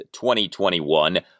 2021